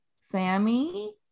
Sammy